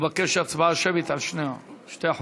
מבקש הצבעה שמית על שני החוקים.